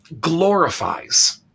glorifies